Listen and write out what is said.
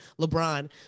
LeBron